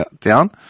down